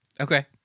Okay